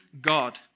God